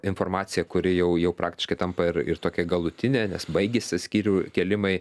informacija kuri jau jau praktiškai tampa ir ir tokia galutinė nes baigėsi skyrių kėlimai